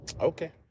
Okay